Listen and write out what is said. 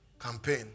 campaign